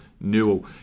Newell